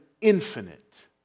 infinite